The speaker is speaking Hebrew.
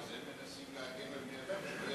אז הם מנסים להגן על בני-אדם שלא